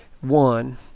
One